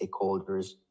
stakeholders